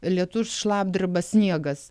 lietus šlapdriba sniegas